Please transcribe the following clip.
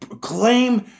claim